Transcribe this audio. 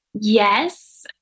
Yes